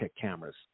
cameras